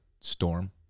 storm